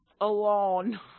alone